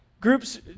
groups